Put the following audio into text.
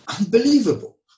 unbelievable